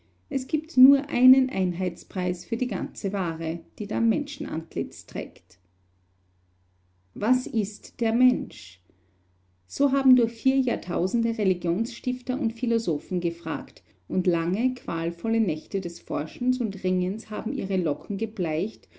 es gibt nur einen einheitspreis für die ganze ware die da menschenantlitz trägt was ist der mensch so haben durch vier jahrtausende religionsstifter und philosophen gefragt und lange qualvolle nächte des forschens und ringens haben ihre locken gebleicht